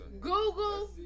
Google